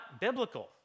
biblical